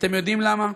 אתם יודעים למה?